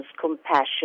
compassion